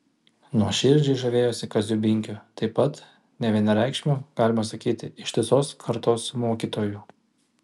nuoširdžiai žavėjosi kaziu binkiu taip pat nevienareikšmiu galima sakyti ištisos kartos mokytoju